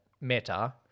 meta